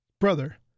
brother